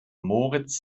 moritz